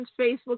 Facebook